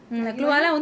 kau nak pergi mana